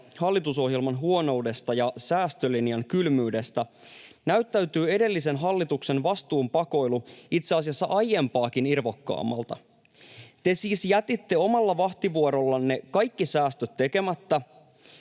hallitusohjelman huonoudesta ja säästölinjan kylmyydestä, näyttäytyy edellisen hallituksen vastuun pakoilu itse asiassa aiempaakin irvokkaampana. Te siis jätitte omalla vahtivuorollanne kaikki säästöt tekemättä,